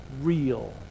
real